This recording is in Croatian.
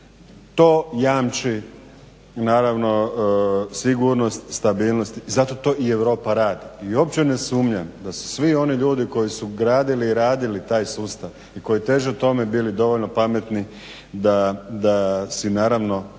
naravno sigurnost, stabilnost i zato to Europa i radi. I uopće ne sumnjam da su svi oni ljudi koji su gradili i radili taj sustav i koji teže tome bili dovoljno pametni da si naravno